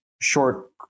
short